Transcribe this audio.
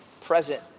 present